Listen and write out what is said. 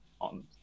on